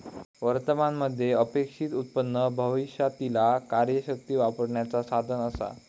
वर्तमान मध्ये अपेक्षित उत्पन्न भविष्यातीला कार्यशक्ती वापरण्याचा साधन असा